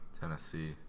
Tennessee